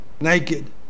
naked